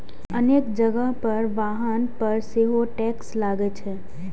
अनेक जगह पर वाहन पर सेहो टैक्स लागै छै